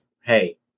Hey